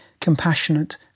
compassionate